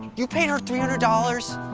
you paid her three hundred dollars?